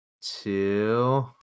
Two